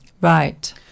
Right